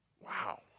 Wow